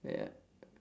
ya